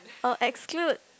uh exclude